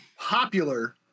popular